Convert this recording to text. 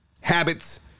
habits